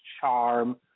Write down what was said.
charm